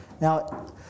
Now